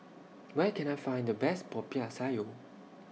Where Can I Find The Best Popiah Sayur